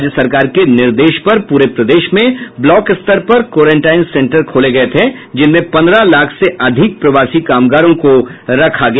राज्य सरकार के निर्देश पर पूरे प्रदेश में ब्लॉक स्तर पर क्वारंटाइन सेंटर खोले गये थे जिनमें पंद्रह लाख से अधिक प्रवासी कामगारों को रखा गया